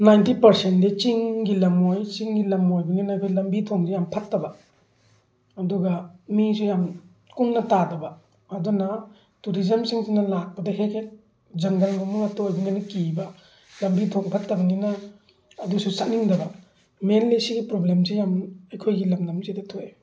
ninety ꯄꯥꯔꯁꯦꯟꯗꯤ ꯆꯤꯡꯒꯤ ꯂꯝ ꯑꯣꯏ ꯆꯤꯡꯒꯤ ꯂꯝ ꯑꯣꯏꯕꯅꯤꯅ ꯑꯩꯈꯣꯏ ꯂꯝꯕꯤ ꯊꯣꯡꯁꯤ ꯌꯥꯝ ꯐꯠꯇꯕ ꯑꯗꯨꯒ ꯃꯤꯁꯨ ꯌꯥꯝ ꯀꯨꯡꯅ ꯇꯥꯗꯕ ꯑꯗꯨꯅ ꯇꯨꯔꯤꯖꯝꯁꯤꯡꯁꯤꯅ ꯂꯥꯛꯄꯗ ꯍꯦꯛ ꯍꯦꯛ ꯖꯪꯒꯜꯒꯨꯝꯕ ꯉꯥꯛꯇ ꯑꯣꯏꯕꯅꯤꯅ ꯀꯤꯕ ꯂꯝꯕꯤ ꯊꯣꯡ ꯐꯠꯇꯝꯅꯤꯅ ꯑꯗꯨꯁꯨ ꯆꯠꯅꯤꯡꯗꯕ ꯃꯦꯟꯂꯤ ꯁꯤꯒꯤ ꯄ꯭ꯔꯣꯕ꯭ꯂꯦꯝꯁꯤ ꯌꯥꯝꯅ ꯑꯩꯈꯣꯏꯒꯤ ꯂꯝꯗꯝꯁꯤꯗ ꯊꯣꯛꯑꯦ